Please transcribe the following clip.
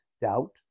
Doubt